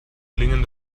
klingen